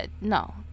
No